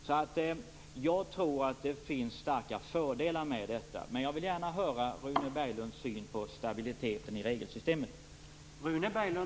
Jag tror alltså att det finns stora fördelar med detta. Men jag vill gärna höra Rune Berglunds syn på detta med stabiliteten i regelsystemen.